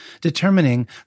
determining